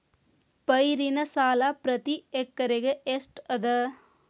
ಪೈರಿನ ಸಾಲಾ ಪ್ರತಿ ಎಕರೆಗೆ ಎಷ್ಟ ಅದ?